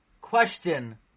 Question